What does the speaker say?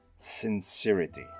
Sincerity